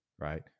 right